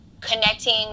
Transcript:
Connecting